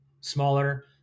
smaller